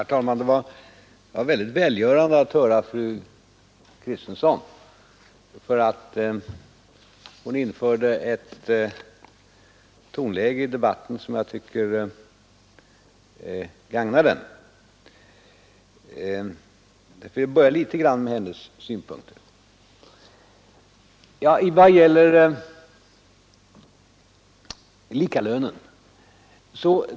Herr talman! Det var väldigt välgörande att lyssna till fru Kristensson; hon införde ett tonläge i debatten som jag tycker gagnar den. Jag vill börja med att kommentera några av hennes synpunkter.